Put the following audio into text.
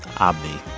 obvi.